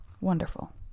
Wonderful